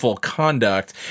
conduct